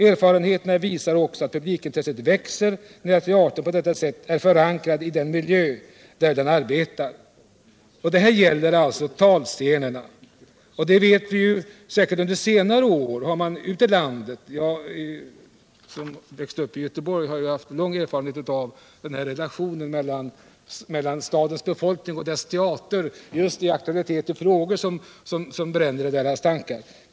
Erfarenheterna visar också att publikintresset växer när teatern på detta sätt är förankrad i den miljö där den arbetar.” Detta gäller alltså talscenerna. Jag som har växt upp i Göteborg har lång erfarenhet av denna relation mellan stadens befolkning och dess teater just i aktuella frågor som bränner i människornas tankar.